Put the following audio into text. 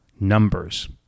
numbers